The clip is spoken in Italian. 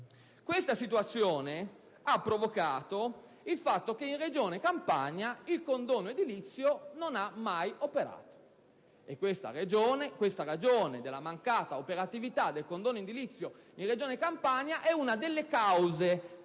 Questa situazione ha provocato il fatto che in Regione Campania il condono edilizio non abbia mai operato. La ragione della mancata operatività del condono edilizio in Regione Campania è una delle cause dell'attuale